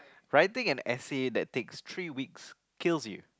writing an essay that takes three weeks kills you